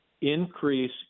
Increase